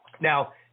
Now